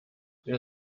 wir